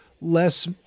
less